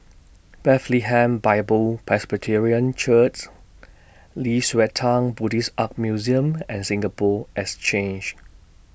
Bethlehem Bible Presbyterian Nei Xue Tang Buddhist Art Museum and Singapore Exchange